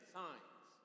signs